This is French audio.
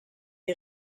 des